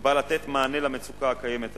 שבא לתת מענה למצוקה הקיימת היום,